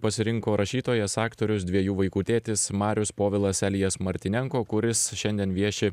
pasirinko rašytojas aktorius dviejų vaikų tėtis marius povilas elijas martynenko kuris šiandien vieši